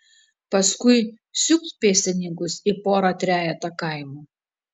paskui siūbt pėstininkus į porą trejetą kaimų